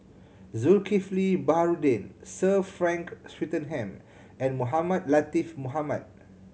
Zulkifli Baharudin Sir Frank Swettenham and Mohamed Latiff Mohamed